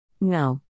No